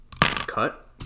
Cut